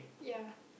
ya